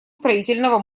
строительного